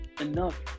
enough